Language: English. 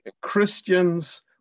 Christians